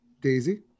Daisy